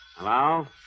Hello